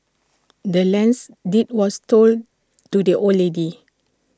the land's deed was sold to the old lady